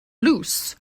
loose